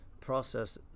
process